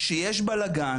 כשיש בלגן,